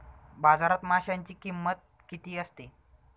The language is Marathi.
बाजारात माशांची किंमत किती असते?